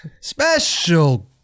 special